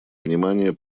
внимание